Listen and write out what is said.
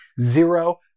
Zero